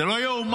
זה לא ייאמן.